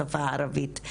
בשפה הערבית.